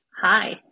Hi